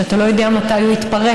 שאתה לא יודע מתי הוא יתפרץ,